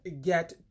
get